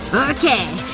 okay.